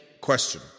Question